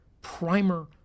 primer